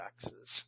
taxes